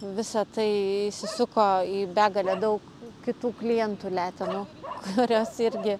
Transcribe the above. visa tai įsisuko į begalę daug kitų klientų letenų kurios irgi